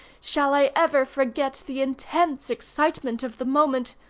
shall i ever forget the intense excitement of the moment?